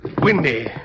Windy